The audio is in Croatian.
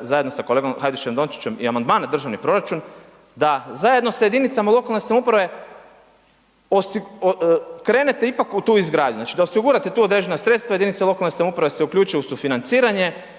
zajedno sa kolegom Hajdašem Dončićem i amandmane državni proračun da zajedno sa jedinicama lokalne samouprave krenete ipak u tu izgradnju, znači da osigurate tu određena sredstva, jedinice lokalne samouprave se uključuju u sufinanciranje